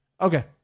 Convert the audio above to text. Okay